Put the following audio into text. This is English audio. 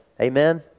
Amen